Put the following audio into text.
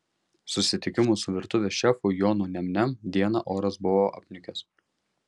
susitikimo su virtuvės šefu jonu niam niam dieną oras buvo apniukęs